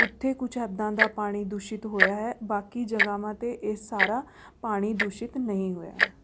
ਉੱਥੇ ਕੁਛ ਹੱਦਾਂ ਦਾ ਪਾਣੀ ਦੂਸ਼ਿਤ ਹੋਇਆ ਹੈ ਬਾਕੀ ਜਗ੍ਹਾਵਾਂ 'ਤੇ ਇਹ ਸਾਰਾ ਪਾਣੀ ਦੂਸ਼ਿਤ ਨਹੀਂ ਹੋਇਆ ਹੈ